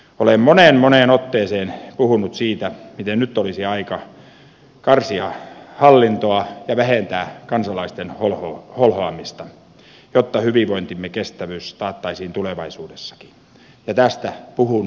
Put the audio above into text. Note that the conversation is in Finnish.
olen moneen moneen otteeseen puhunut siitä miten nyt olisi aika karsia hallintoa ja vähentää kansalaisten holhoamista jotta hyvinvointimme kestävyys taattaisiin tulevaisuudessakin ja tästä puhun tässäkin